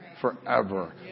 forever